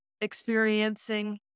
experiencing